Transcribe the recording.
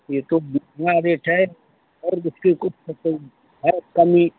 ये तो महँगा रेट है और कमी